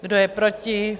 Kdo je proti?